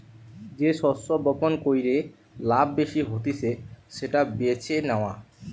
যে শস্য বপণ কইরে লাভ বেশি হতিছে সেটা বেছে নেওয়া